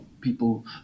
people